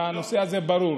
והנושא הזה ברור.